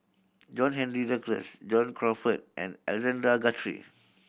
John Henry Duclos John Crawfurd and Alexander Guthrie